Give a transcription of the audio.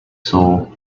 soul